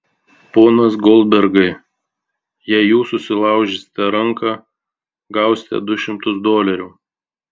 ponas goldbergai jei jūs susilaužysite ranką gausite du šimtus dolerių